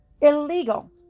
illegal